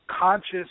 conscious